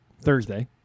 Thursday